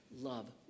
love